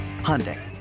Hyundai